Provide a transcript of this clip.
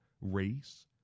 race